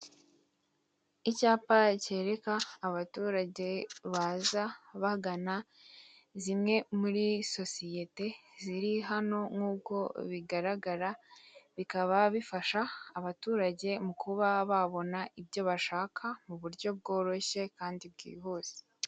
Icyapa cyereka abaturage baza bagana zimwe muri sosiyete ziri hano nk'uko bigaragara, bikaba bifasha abaturage mu kuba babona ibyo bashaka mu buryo bworoshye, kandi bwihuse.